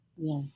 Yes